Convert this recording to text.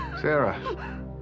Sarah